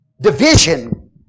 division